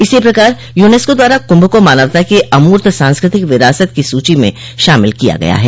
इसी प्रकार यूनेस्को द्वारा कुंभ को मानवता की अमूर्त सांस्कृतिक विरासत की सूची में शामिल किया गया है